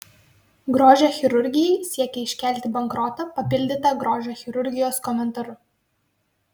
grožio chirurgijai siekia iškelti bankrotą papildyta grožio chirurgijos komentaru